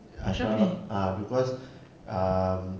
ashraf ah because uh